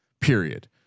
period